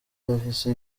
yahise